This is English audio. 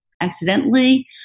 accidentally